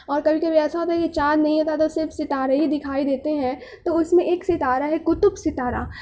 اور کبھی کبھی ایسا ہوتا ہے کہ چاند نہیں ہوتا ہے تو صرف ستارے ہی دکھائی دیتے ہیں تو اس میں ایک ستارہ ہے قطب ستارہ